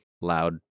loud